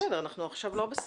בסדר, אנחנו עכשיו לא בסגר.